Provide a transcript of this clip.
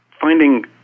finding